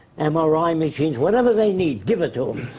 um ah mri machines, whatever they need. give it to them.